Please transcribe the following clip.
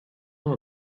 know